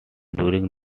during